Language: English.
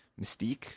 mystique